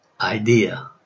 idea